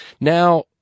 Now